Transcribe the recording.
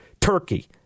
Turkey